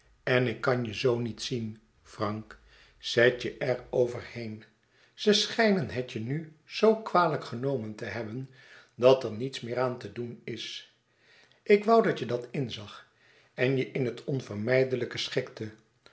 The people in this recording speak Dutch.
en ik kan je zoo niet zien frank zet er je over heen ze schijnen het je nu zoo kwalijk genomen te hebben dat er niets meer aan te doen is ik woû dat je dat inzag en je in het onvermijdelijke schikte